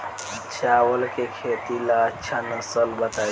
चावल के खेती ला अच्छा नस्ल बताई?